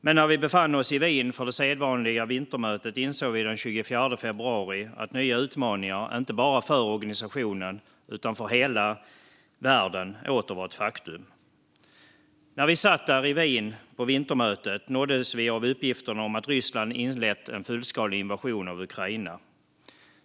Men när vi befann oss i Wien för det sedvanliga vintermötet insåg vi den 24 februari att nya utmaningar, inte bara för organisationen utan för hela världen, åter var ett faktum. När vi satt där i Wien på vintermötet nåddes vi av uppgifterna om att Ryssland inlett en fullskalig invasion av Ukraina.